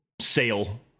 sale